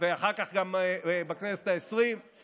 ואחר כך גם בכנסת העשרים,